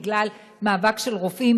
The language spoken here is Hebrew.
בגלל מאבק של רופאים,